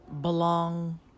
belong